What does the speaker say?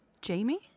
Jamie